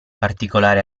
particolare